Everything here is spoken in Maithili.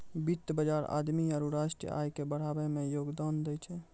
वित्त बजार आदमी आरु राष्ट्रीय आय के बढ़ाबै मे योगदान दै छै